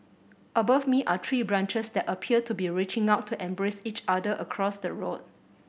above me are tree branches that appear to be reaching out to embrace each other across the road